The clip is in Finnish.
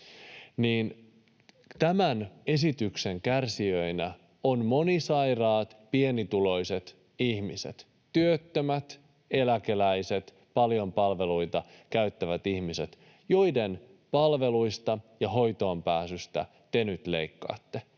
Tämän esityksen kärsijöinä ovat monisairaat, pienituloiset ihmiset, työttömät, eläkeläiset, paljon palveluita käyttävät ihmiset, joiden palveluista ja hoitoonpääsystä te nyt leikkaatte.